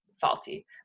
faulty